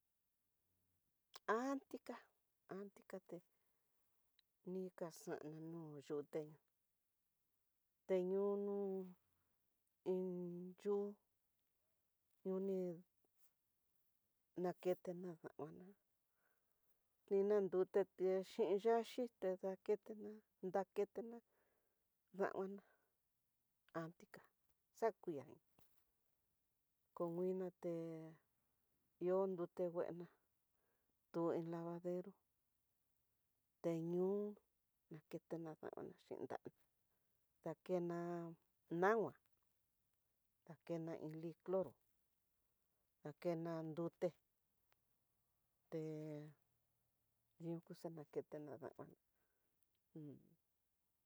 Antika antikate, nikaxana nu yuté teñono iin yu, yuni nakena damana, ni nandute xhin yaxhi te daketena ndaketena damana atika, xakuii comina té ihó nrute nguena tu iin lavadero, teño naketena damana xhi ndana ndana nama, ndakena iin li cloro nakena nruté té niunku xanaketena dama jun.